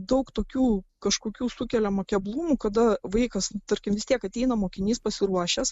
daug tokių kažkokių sukeliama keblumų kada vaikas tarkim vis tiek ateina mokinys pasiruošęs